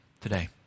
today